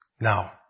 Now